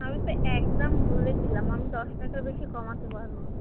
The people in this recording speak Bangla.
আমি তো এক দাম বলে দিলাম আমি দশ টাকার বেশি কমাতে পারব না